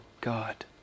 God